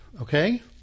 okay